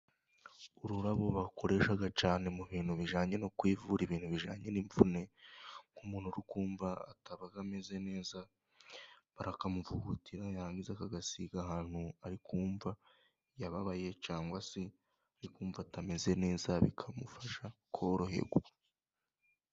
Ururabo bakoresha cyane mu bintu bijyananye no kwivura , ibintu bijyanye n'imvune umuntu uri kumva ataba ameze neza barakamuvugutira yarangiza akagasiga ahantu ari ku mva yababaye cyangwa se ari kumva atameze neza bikamufasha koroherwa.